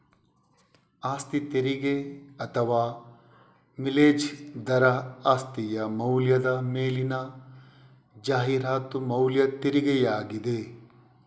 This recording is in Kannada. ಆಸ್ತಿ ತೆರಿಗೆ ಅಥವಾ ಮಿಲೇಜ್ ದರ ಆಸ್ತಿಯ ಮೌಲ್ಯದ ಮೇಲಿನ ಜಾಹೀರಾತು ಮೌಲ್ಯ ತೆರಿಗೆಯಾಗಿದೆ